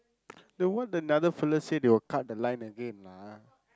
no what another fella say they will cut the line again lah